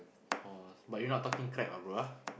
orh but you not talking crap ah bro ah